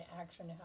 action